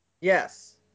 Yes